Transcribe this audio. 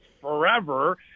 forever